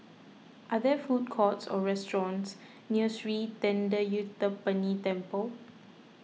are there food courts or restaurants near Sri thendayuthapani Temple